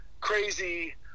crazy